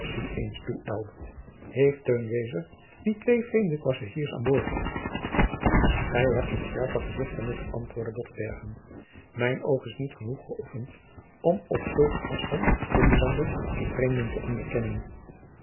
heeft teun wezer niet twee vreemde passagiers aan boord gij hebt een scherper gezicht dan ik antwoordde botbergen mijn oog is niet genoeg geoefend om op zulk een afstand inlanders van vreemden te onderkennen